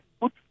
put